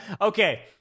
okay